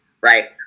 right